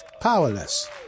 powerless